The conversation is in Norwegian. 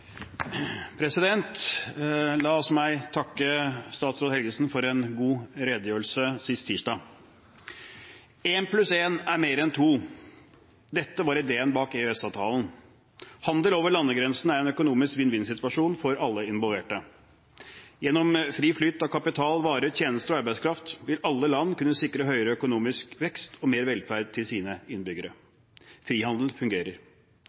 La også meg takke statsråd Helgesen for en god redegjørelse sist tirsdag. Én pluss én er mer enn to. Dette var ideen bak EØS-avtalen. Handel over landegrensene er en økonomisk vinn-vinn-situasjon for alle involverte. Gjennom fri flyt av kapital, varer, tjenester og arbeidskraft vil alle land kunne sikre høyere økonomisk vekst og mer velferd til sine innbyggere. Frihandel fungerer.